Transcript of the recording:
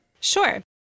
Sure